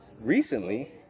recently